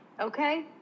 okay